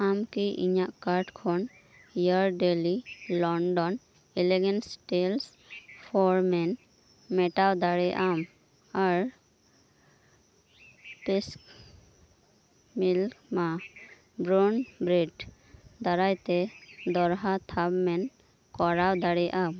ᱟᱢᱠᱤ ᱤᱧᱟᱹᱜ ᱠᱟᱨᱰ ᱠᱷᱚᱱ ᱤᱭᱟᱨᱰᱞᱤ ᱞᱚᱱᱰᱚᱱ ᱮᱞᱤᱡᱮᱱᱥ ᱴᱮᱠ ᱯᱷᱚᱨ ᱢᱮᱱ ᱢᱮᱴᱟᱣ ᱫᱟᱲᱮᱭᱟᱜᱼᱟ ᱟᱢ ᱟᱨ ᱯᱮᱠᱥ ᱢᱤᱞᱠ ᱢᱟ ᱵᱨᱟᱣᱩᱱ ᱵᱨᱮᱰ ᱫᱟᱨᱟᱭᱛᱮ ᱫᱚᱦᱲᱟ ᱛᱷᱟᱯᱚᱱᱮᱢ ᱠᱚᱨᱟᱣ ᱫᱟᱲᱮᱭᱟᱜᱼᱟ